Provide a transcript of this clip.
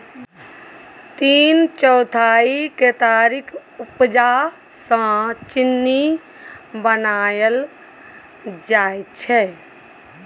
तीन चौथाई केतारीक उपजा सँ चीन्नी बनाएल जाइ छै